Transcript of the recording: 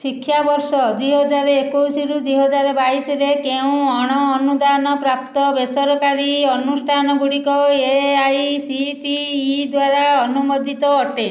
ଶିକ୍ଷାବର୍ଷ ଦୁଇ ହଜାର ଏକୋଇଶ ଦୁଇ ହଜାର ବାଇଶ ରେ କେଉଁ ଅଣ ଅନୁଦାନ ପ୍ରାପ୍ତ ବେସରକାରୀ ଅନୁଷ୍ଠାନ ଗୁଡ଼ିକ A I C T E ଦ୍ଵାରା ଅନୁମୋଦିତ ଅଟେ